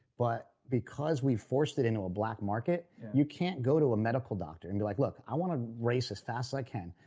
but because we've forced it into a black market you can't go to a medical doctor and be like, look, i want to race as fast as i can.